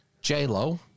J-Lo